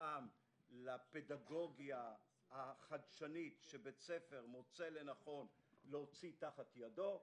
שמותאם לפדגוגיה החדשנית שבית ספר מוצא לנכון להוציא תחת ידו.